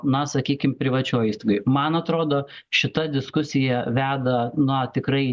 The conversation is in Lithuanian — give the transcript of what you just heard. na sakykim privačioj įstaigoj man atrodo šita diskusija veda na tikrai